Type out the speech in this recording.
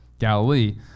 Galilee